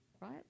right